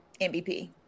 MVP